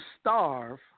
starve